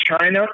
China